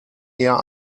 eher